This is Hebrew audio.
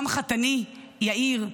גם חתני יאיר,